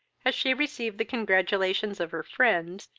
as she received the congratulations of her friends,